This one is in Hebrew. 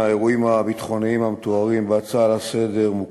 האירועים הביטחוניים המתוארים בהצעה לסדר-היום מוכרים,